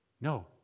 No